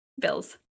Bills